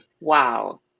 Wow